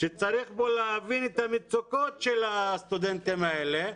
שצריך להבין את המצוקות של הסטודנטים האלה,